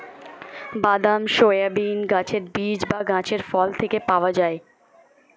বাদাম, সয়াবিন গাছের বীজ বা গাছের ফল থেকে পাওয়া যায়